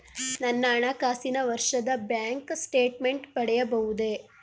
ನನ್ನ ಹಣಕಾಸಿನ ವರ್ಷದ ಬ್ಯಾಂಕ್ ಸ್ಟೇಟ್ಮೆಂಟ್ ಪಡೆಯಬಹುದೇ?